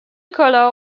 collar